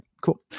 Cool